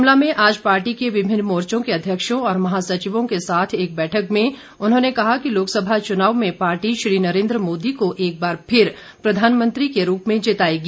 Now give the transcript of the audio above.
शिमला में आज पार्टी के विभिन्न मोर्चों के अध्यक्षों और महासचिवों के साथ एक बैठक में उन्होंने कहा कि लोकसभा चुनाव में पार्टी श्री नरेन्द्र मोदी को एक बार फिर प्रधानमंत्री के रूप में जिताएगी